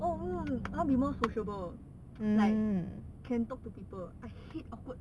oh mm I want to be more sociable like can talk to people I hate awkward